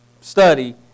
study